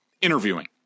interviewing